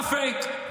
אתה פייק.